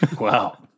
Wow